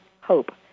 Hope